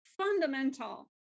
fundamental